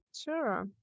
Sure